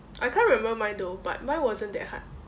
I can't remember mine though but mine wasn't that hard